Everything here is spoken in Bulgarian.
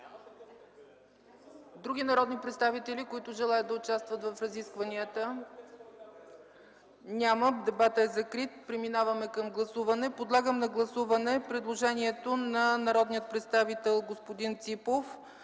Други народни представители, които желаят да участват в разискванията? Няма. Дебатът е закрит. Подлагам на гласуване предложението на народния представител господин Ципов